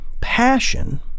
Passion